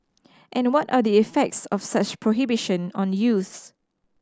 and what are the effects of such prohibition on youths